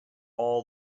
all